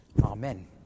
Amen